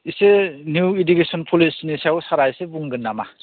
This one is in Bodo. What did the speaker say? इसे निउ इदुकेसन पलिसि नि सायाव सारा एसे बुंगोन नामा